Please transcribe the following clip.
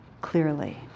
clearly